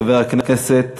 חבר הכנסת